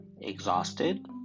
exhausted